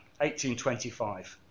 1825